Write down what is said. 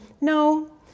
no